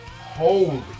Holy